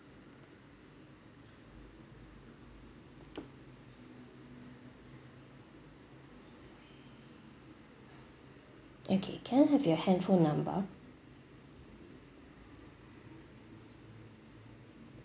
okay can I have your handphone number